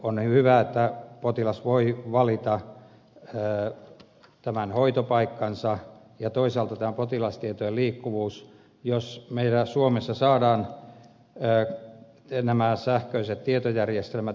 on hyvä se että potilas voi valita tämän hoitopaikkansa ja toisaalta tämä potilastietojen liikkuvuus jos meillä suomessa saadaan nämä sähköiset tietojärjestelmät yhdenmukaistettua